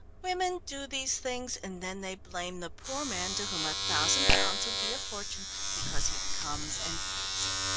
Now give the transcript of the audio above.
women do these things, and then they blame the poor man to whom a thousand pounds would be a fortune because he comes and takes it.